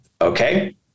Okay